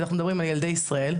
ואנחנו מדברים על ילדי ישראל,